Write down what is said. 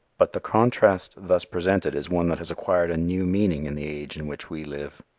but the contrast thus presented is one that has acquired a new meaning in the age in which we live.